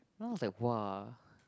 then I was like !wow!